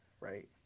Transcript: right